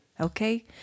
okay